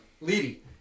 Lady